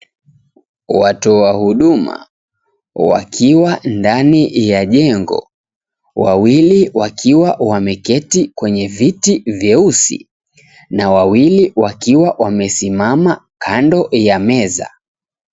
Watoa huduma wakiwa ndani ya jengo wawili wakiwa wameketi kwenye viti vyeusi na wawili wakiwa wamesimama kando ya meza.